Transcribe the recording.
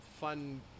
fun